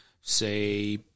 say